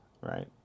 right